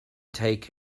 take